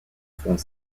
font